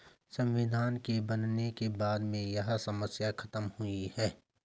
संविधान के बनने के बाद में यह समस्या खत्म हुई है